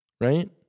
Right